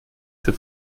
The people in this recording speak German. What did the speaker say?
für